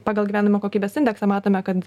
pagal gyvenimo kokybės indeksą matome kad